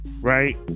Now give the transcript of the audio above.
right